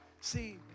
see